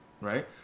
right